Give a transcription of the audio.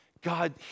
God